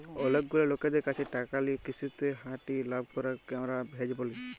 অলেক গুলা লকদের ক্যাছে টাকা লিয়ে কিসুতে খাটিয়ে লাভ করাককে হামরা হেজ ব্যলি